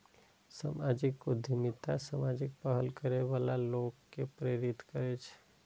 सामाजिक उद्यमिता सामाजिक पहल करै बला लोक कें प्रेरित करै छै